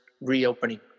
reopening